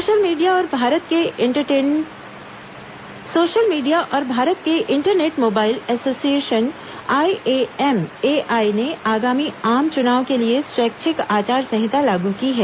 social media आचार संहिता social media और भारत के इंटरनेट मोबाइल एसोसिएशन आईएएमएआई ने आगामी आम चुनाव के लिए स्वैछिक आचार संहिता लागू की है